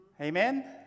Amen